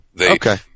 Okay